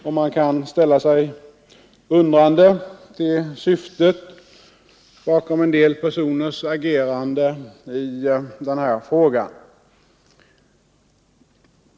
Och man kan ställa sig undrande till syftet bakom en del personers agerande i den här frågan.